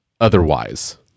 otherwise